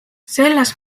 selles